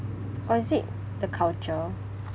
or is it the culture